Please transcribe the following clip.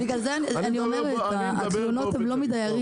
בגלל זה אני אומרת התלונות הן לא מדיירים.